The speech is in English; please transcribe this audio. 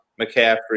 McCaffrey